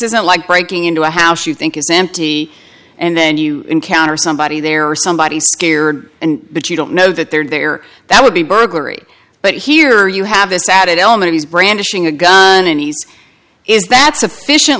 isn't like breaking into a house you think is empty and then you encounter somebody there or somebody scared and but you don't know that they're there that would be burglary but here you have this added element he's brandishing a gun and he's is that sufficient